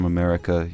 America